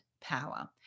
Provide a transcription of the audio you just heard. power